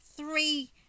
three